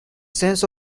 sense